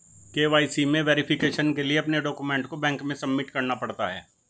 KYC में verification के लिए अपने डाक्यूमेंट को बैंक में सबमिट करना पड़ता है